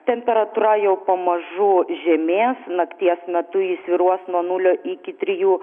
temperatūra jau pamažu žemės nakties metu ji svyruos nuo nulio iki trijų